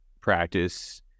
practice